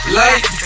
light